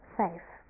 safe